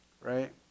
Right